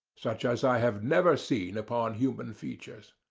such as i have never seen upon human features.